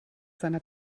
seiner